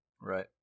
Right